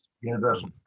universal